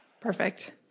perfect